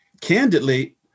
Candidly